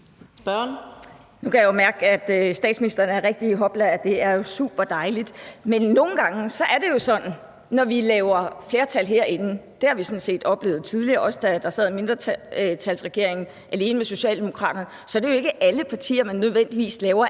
Nu kan jeg jo mærke, at statsministeren er rigtig i hopla, og det er super dejligt. Men nogle gange er det sådan, at når man skaffer flertal herinde – det har vi sådan set oplevet tidligere, også da der sad en mindretalsregering alene stående af Socialdemokraterne – så det er jo ikke alle partier, man nødvendigvis laver